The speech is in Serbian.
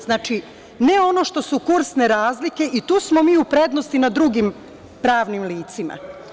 Znači, ne ono što su kursne razlike i tu smo mi u prednosti na drugim pravnim licima.